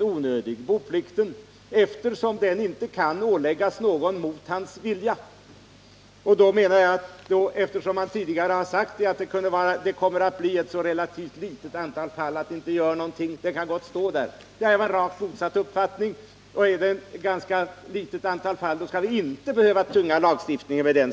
onödig sak, nämligen boplikten, eftersom den inte kan åläggas någon mot hans vilja. Man har här sagt att det gäller ett så litet antal fall att det inte gör någonting och att bestämmelsen därför kan stå kvar. Jag är av rakt motsatt uppfattning. Är det ett så litet antal fall, skall vi inte behöva tynga lagstiftningen därmed.